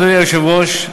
אדוני היושב-ראש,